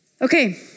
Okay